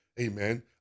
Amen